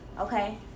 Okay